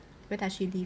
where does she live